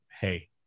Hey